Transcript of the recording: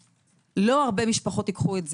לא הרבה משפחות ייקחו את זה.